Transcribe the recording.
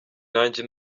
nanjye